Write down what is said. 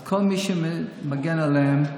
אז כל מי שמגן עליהם,